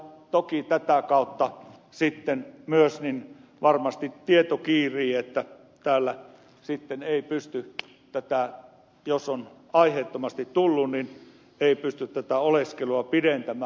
toki tätä kautta myös varmasti tieto kiirii että täällä ei pysty jos on aiheettomasti tullut oleskelua pidentämään